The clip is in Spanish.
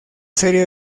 serie